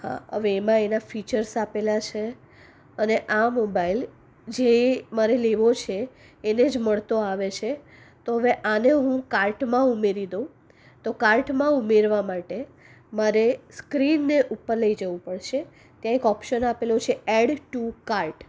હા હવે એમાં એના ફીચર્સ આપેલા છે અને આ મોબાઈલ જે મારે લેવો છે એને જ મળતો આવે છે તો આને હવે હું કાર્ટમાં ઉમેરી દઉં તો કાર્ટમાં ઉમેરવા માટે મારે સ્ક્રીનને ઉપર લઈ જવું પડશે ત્યાં એક ઓપ્શન આપેલો છે એડ ટુ કાર્ટ